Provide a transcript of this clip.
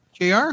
Jr